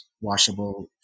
washable